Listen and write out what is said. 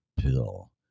pill